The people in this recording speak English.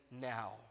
now